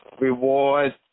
reward